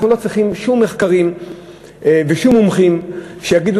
אנחנו לא צריכים שום מחקרים ושום מומחים שיגידו